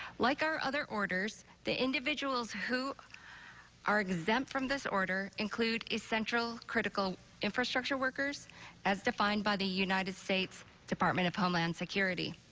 like our other orders, the individuals who are exemplify from this order include essential, critical infrastructure workers as defined by the united states department of homeland security.